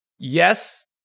Yes